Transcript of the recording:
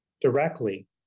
directly